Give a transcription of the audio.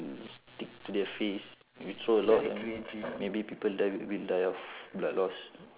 stick to their face if you throw a lot then maybe people die will die of blood loss